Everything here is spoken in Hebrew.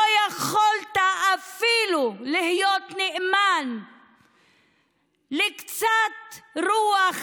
לא יכולת אפילו להיות נאמן לקצת רוח